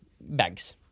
bags